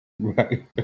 Right